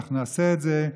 ואנחנו נעשה את זה.